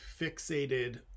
fixated